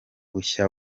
bushya